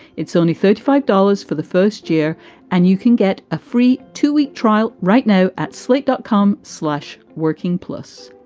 it's only thirty five dollars for the first year and you can get a free two week trial right now at slate dot com. slush working. plus,